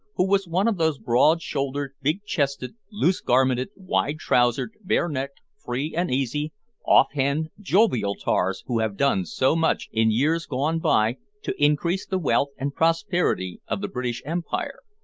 who was one of those broad-shouldered, big-chested, loose-garmented, wide-trousered, bare-necked, free-and-easy, off-hand jovial tars who have done so much, in years gone by, to increase the wealth and prosperity of the british empire,